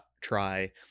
try